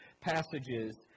passages